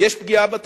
יש פגיעה בתחרותיות.